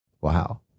Wow